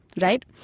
right